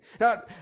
Now